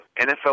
NFL